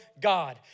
God